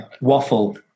waffle